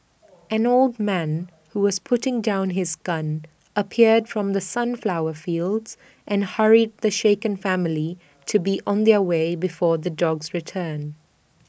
an old man who was putting down his gun appeared from the sunflower fields and hurried the shaken family to be on their way before the dogs return